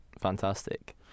fantastic